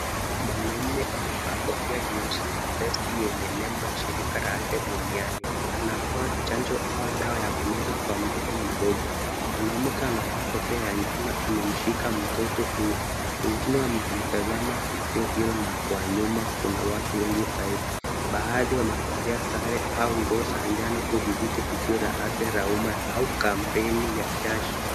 Mwanamume amevaa kofia nyeusi na vest yenye nembo ya shirika la afya duniani. Anatoa chanjo au dawa ya kumeza kwa mtoto mdogo. Mwanamke amevaa kofia ya njano amemshika mtoto huyo. Wengine wanamtazama tukio hilo na kwa nyuma kuna watu wengi zaidi. Baadhi wamevalia sare au nguo za njano kushiriki tukio la afya ya umma au kampeni ya jasho.